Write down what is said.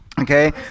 Okay